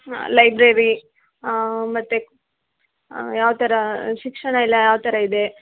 library ಮತ್ತೆ ಯಾವ ಥರ ಶಿಕ್ಷಣ ಎಲ್ಲ ಯಾವ ಥರ ಇದೆ